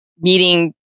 meeting